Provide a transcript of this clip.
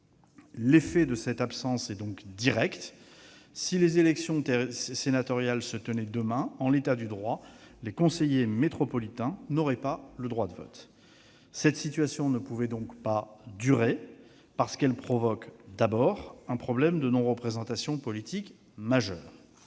L'effet de cette absence est direct : si les élections sénatoriales se tenaient demain, en l'état du droit, les conseillers métropolitains de Lyon n'auraient pas le droit de vote. Cette situation ne pouvait pas durer, avant tout parce qu'elle provoque un problème majeur de non-représentation politique.